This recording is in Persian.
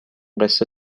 قصه